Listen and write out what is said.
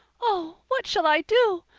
oh, what shall i do?